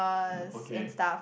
okay